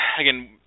again